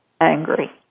angry